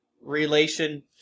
relation